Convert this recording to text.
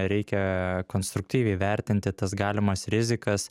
reikia konstruktyviai vertinti tas galimas rizikas